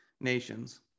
nations